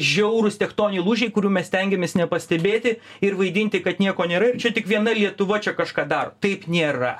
žiaurūs techtoniniai lūžiai kurių mes stengiamės nepastebėti ir vaidinti kad nieko nėra ir čia tik viena lietuva čia kažką daro taip nėra